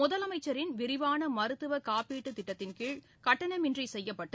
முதலமைச்சரின் விரிவானமருத்துவக் காப்பீட்டுத் திட்டத்தின்கீழ் கட்டணமின்றிசெய்யப்பட்டு